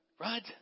Right